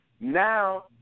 Now